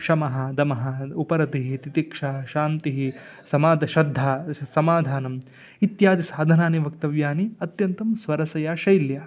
शमः दमः उपरतिः तितिक्षा शान्तिः समाद श्रद्धा समाधानम् इत्यादि साधनानि वक्तव्यानि अत्यन्तं स्वरसया शैल्या